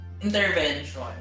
intervention